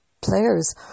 players